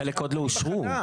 שחלק עוד לא אושרו.